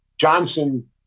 Johnson